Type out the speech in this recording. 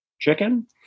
Chicken